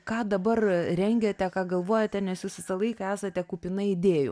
ką dabar rengiate ką galvojate nes jūs visą laiką esate kupina idėjų